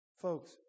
Folks